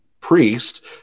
priest